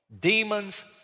demons